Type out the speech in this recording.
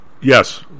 Yes